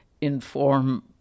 inform